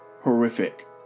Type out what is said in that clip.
horrific